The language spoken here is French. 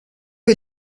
est